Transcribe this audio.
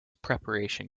preparation